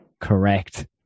Correct